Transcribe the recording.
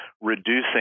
reducing